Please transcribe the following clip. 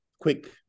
quick